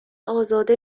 ازاده